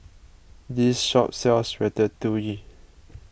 this shop sells Ratatouille